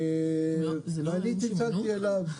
ואני צלצלתי אליו,